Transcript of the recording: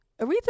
Aretha